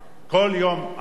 כל יום א',